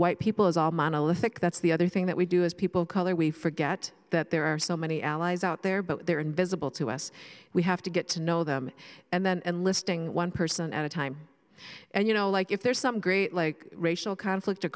white people as all monolithic that's the other thing that we do as people of color we forget that there are so many allies out there but they're invisible to us we have to get to know them and listing one person at a time and you know like if there's some great like racial conflict o